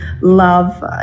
love